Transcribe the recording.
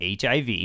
HIV